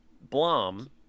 Blom